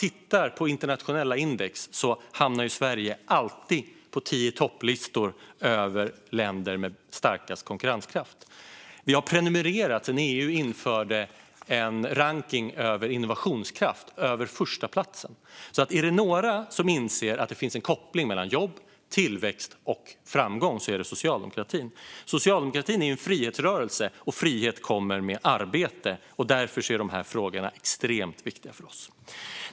I internationella index hamnar Sverige alltid på tio-i-topp över länder med starkast konkurrenskraft. Sedan EU införde en rankning över innovationskraft har Sverige prenumererat på förstaplatsen. Är det några som inser att det finns en koppling mellan jobb, tillväxt och framgång är det socialdemokratin. Socialdemokratin är en frihetsrörelse, och frihet kommer med arbete. Därför är dessa frågor extremt viktiga för oss.